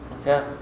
Okay